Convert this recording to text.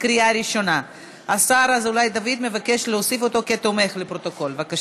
51 בעד, אין מתנגדים ואין נמנעים.